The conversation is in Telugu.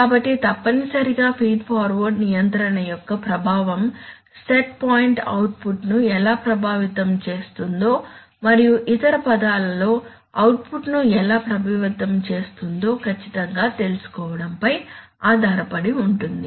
కాబట్టి తప్పనిసరిగా ఫీడ్ ఫార్వర్డ్ నియంత్రణ యొక్క ప్రభావం సెట్ పాయింట్ ఔట్పుట్ ను ఎలా ప్రభావితం చేస్తుందో మరియు ఇతర పదాలలో ఔట్పుట్ ను ఎలా ప్రభావితం చేస్తుందో ఖచ్చితంగా తెలుసుకోవడంపై ఆధారపడి ఉంటుంది